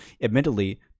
admittedly